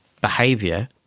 behavior